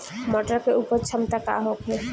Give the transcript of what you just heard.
मटर के उपज क्षमता का होखे?